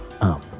up